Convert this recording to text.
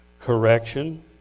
correction